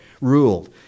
ruled